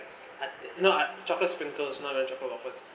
not chocolate sprinkles not chocolate waffles